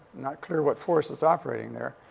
not clear what force is operating there.